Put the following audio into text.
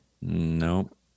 Nope